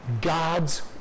God's